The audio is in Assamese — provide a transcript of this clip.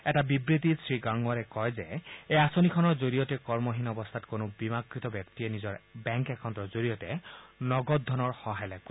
এটা বিবৃতিত শ্ৰমমন্ত্ৰী শ্ৰীগংৱাৰে কয় যে এই আঁচনিখনৰ জৰিয়তে কমহীন অৱস্থাত কোনো বীমাকৃত ব্যক্তিয়ে নিজৰ বেংক একাউণ্টৰ জৰিয়তে নগদ ধনৰ সহায় লাভ কৰিব